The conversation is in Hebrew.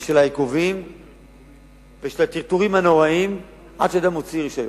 ושל העיכובים ושל הטרטורים הנוראיים עד שאדם מוציא רשיון.